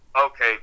okay